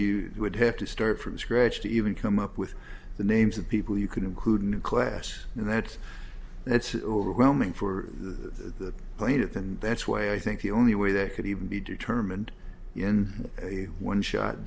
you would have to start from scratch to even come up with the names of people you could include a new class and that's that's overwhelming for the plaintiff and that's why i think the only way that could even be determined in a one shot